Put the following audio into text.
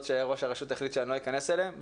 שראש הרשות החליט שלא אכנס אליהם.